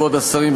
כבוד השרים,